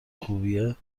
خوبیه